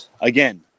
again